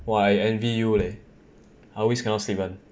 !wah! I envy you leh I always cannot sleep [one]